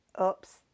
oops